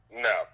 No